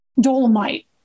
Dolomite